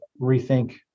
rethink